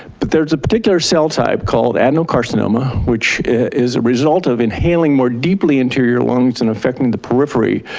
but there's a particular cell type called adenocarcinoma which is a result of inhaling more deeply into your lungs and affecting the periphery,